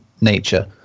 nature